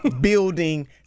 building